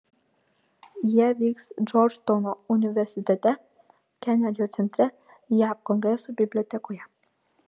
jie vyks džordžtauno universitete kenedžio centre jav kongreso bibliotekoje